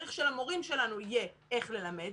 צריך שלמורים שלנו יהיה איך ללמד.